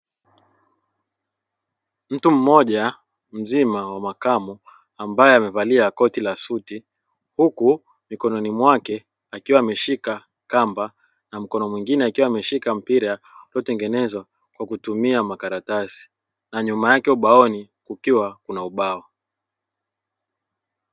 Mtu mmoja mzima wa makamo ambaye amevalia koti la suti huku mikononi mwake ameshika kamba, na mkono mwingine ameshika mpira uliotengenezwa kwa kutumia makaratasi na nyuma yake ubaoni kukiwa kuna ubao.